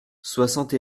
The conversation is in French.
soixante